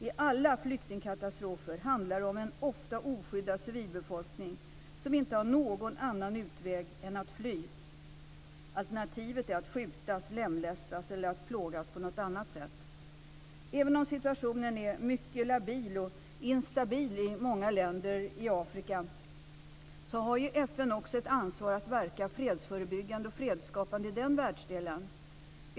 I alla flyktingkatastrofer handlar det om en ofta oskyddad civilbefolkning som inte har någon annan utväg än att fly. Alternativet är att skjutas, lemlästas eller att plågas på något annat sätt. Även om situationen är mycket labil och instabil i många länder i Afrika, har FN ett ansvar att verka för fredsförebyggande och fredsskapande i den världsdelen.